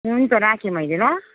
हुन्छ राखेँ मैले ल